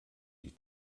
die